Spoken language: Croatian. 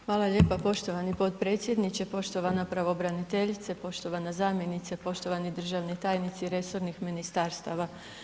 Hvala lijepa poštovani potpredsjedniče, poštovana pravobraniteljice, poštovana zamjenice, poštovani državni tajnici resornih ministarstava.